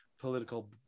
political